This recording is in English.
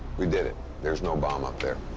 we did it. there's no bomb up there.